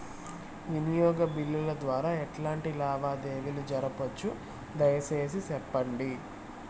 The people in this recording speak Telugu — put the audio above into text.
వినియోగ బిల్లుల ద్వారా ఎట్లాంటి లావాదేవీలు జరపొచ్చు, దయసేసి సెప్పండి?